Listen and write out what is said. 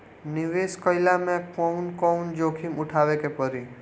निवेस कईला मे कउन कउन जोखिम उठावे के परि?